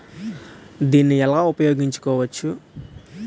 దీన్ని ఎలా ఉపయోగించు కోవచ్చు?